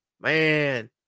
Man